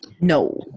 No